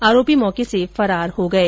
आरोपी मौके से फरार हो गये